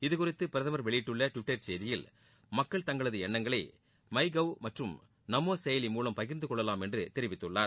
இதுகுறித்து பிரதமர் வெளியிட்டுள்ள டுவிட்டர் செய்தியில் மக்கள் தங்களது எண்ணங்களை மை கௌ மற்றும் நமோ செயலி மூலம் பகிர்ந்து கொள்ளலாம் என்று தெரிவித்துள்ளார்